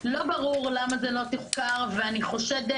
לא ברור למה זה לא תוחקר ואני חושדת